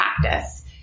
practice